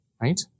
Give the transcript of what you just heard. right